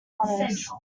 honours